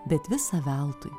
bet visa veltui